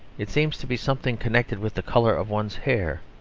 it seems to be something, connected with the colour of one's hair.